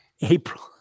April